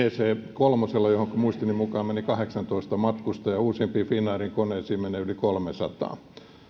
kolmella johonka muistini mukaan meni kahdeksantoista matkustajaa niin uusimpiin finnairin koneisiin menee yli kolmannessasadannessa